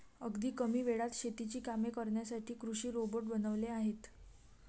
अगदी कमी वेळात शेतीची कामे करण्यासाठी कृषी रोबोट बनवले आहेत